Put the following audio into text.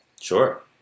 Sure